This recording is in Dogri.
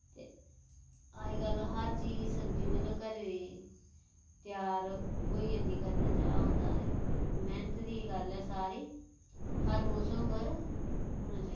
ते अज्जकल हर चीज सब्जी मतलब घरे दी त्यार होई जंदी करना चाह् बंदा ते मैह्नत दी गल्ल ऐ सारी हर मौसम पर होना चाइ